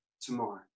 tomorrow